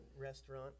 restaurant